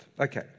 Okay